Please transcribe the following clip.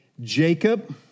Jacob